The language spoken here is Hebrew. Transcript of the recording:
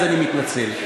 אני מתנצל.